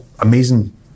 amazing